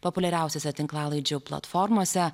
populiariausiose tinklalaidžių platformose